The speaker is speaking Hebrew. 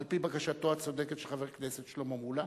על-פי בקשתו הצודקת של חבר הכנסת שלמה מולה,